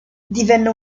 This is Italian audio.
divenne